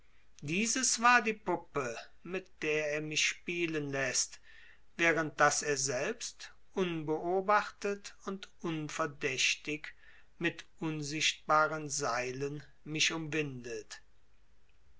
dieses war die puppe mit der er mich spielen läßt während daß er selbst unbeobachtet und unverdächtig mit unsichtbaren seilen mich umwindet